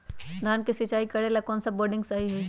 धान के सिचाई करे ला कौन सा बोर्डिंग सही होई?